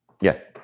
Yes